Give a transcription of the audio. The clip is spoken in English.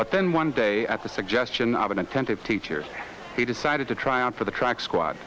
but then one day at the suggestion of an attentive teacher he decided to try out for the track squad